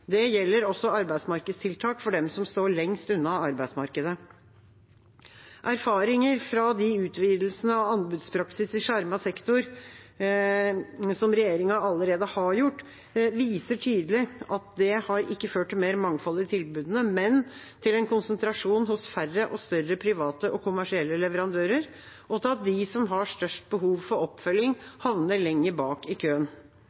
Det gjelder også arbeidsmarkedstiltak for dem som står lengst unna arbeidsmarkedet. Erfaringer fra de utvidelsene av anbudspraksis i skjermet sektor regjeringa allerede har gjort, viser tydelig at det ikke har ført til mer mangfold i tilbudene, men til en konsentrasjon hos færre og større private og kommersielle leverandører, og til at de som har størst behov for oppfølging, havner lenger bak i køen.